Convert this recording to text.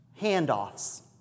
handoffs